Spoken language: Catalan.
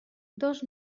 dos